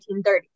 1930s